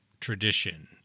tradition